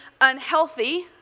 unhealthy